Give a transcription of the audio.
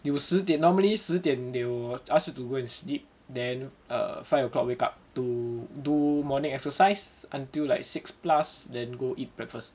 有十点 normally 十点 they will ask you to go and sleep then err five o'clock wake up to do morning exercise until like six plus then go eat breakfast